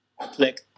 Click